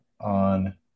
on